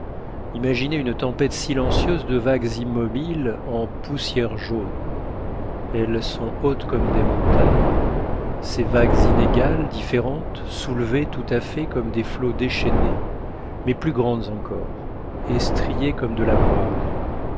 imaginez une tempête silencieuse de vagues immobiles en poussière jaune elles sont hautes comme des montagnes ces vagues inégales différentes soulevées tout à fait comme des flots déchaînés mais plus grandes encore et striées comme de la moire